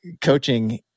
coaching